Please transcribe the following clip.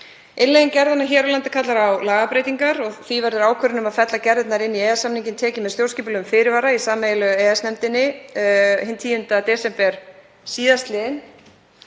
Innleiðing gerðanna hér á landi kallar á lagabreytingar og því var ákvörðun um að fella gerðirnar inn í EES-samninginn tekin með stjórnskipulegum fyrirvara í sameiginlegu EES-nefndinni hinn 10. desember síðastliðinn.